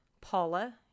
Paula